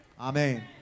amen